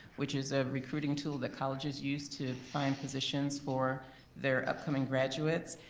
which is a recruiting tool that colleges use to find positions for their upcoming graduates.